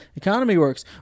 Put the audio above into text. EconomyWorks